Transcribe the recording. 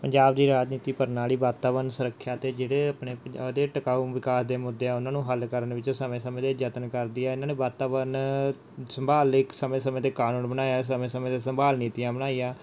ਪੰਜਾਬ ਦੀ ਰਾਜਨੀਤੀ ਪ੍ਰਣਾਲੀ ਵਾਤਾਵਰਨ ਸੁਰੱਖਿਆ ਅਤੇ ਜਿਹੜੇ ਆਪਣੇ ਉਹਦੇ ਟਿਕਾਊ ਵਿਕਾਸ ਦੇ ਮੁੱਦੇ ਹੈ ਉਨ੍ਹਾਂ ਨੂੰ ਹੱਲ ਕਰਨ ਵਿੱਚ ਸਮੇਂ ਸਮੇਂ 'ਤੇ ਯਤਨ ਕਰਦੀ ਹੈ ਇਨ੍ਹਾਂ ਨੇ ਵਾਤਾਵਰਨ ਸੰਭਾਲ ਲਈ ਇੱਕ ਸਮੇਂ ਸਮੇਂ 'ਤੇ ਕਾਨੂੰਨ ਬਣਾਇਆ ਸਮੇਂ ਸਮੇਂ 'ਤੇ ਸੰਭਾਲ ਨੀਤੀਆਂ ਬਣਾਈਆਂ